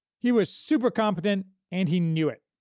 he was super-competent, and he knew it.